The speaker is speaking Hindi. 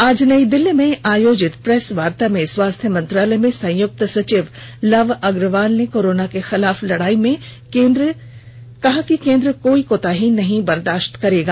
आज नई दिल्ली में आयोजित प्रेस वार्ता में स्वास्थ्य मंत्रालय में संयुक्त सचिव लव अग्रवाल कोरोना के खिलाफ लड़ाई में केंद्र कोई कोताही बर्दाष्त नहीं करेगा